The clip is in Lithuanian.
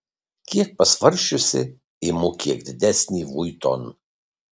kiek pasvarsčiusi imu kiek didesnį vuitton